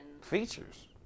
Features